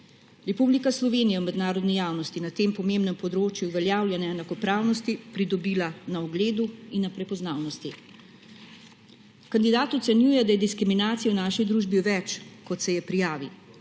Republika Slovenija je v mednarodni javnosti na tem pomembnem področju uveljavljanja enakopravnosti pridobila na ugledu in na prepoznavnosti. Kandidat ocenjuje, da je diskriminacij v naši družbi več, kot se je prijavi,